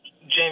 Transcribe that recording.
James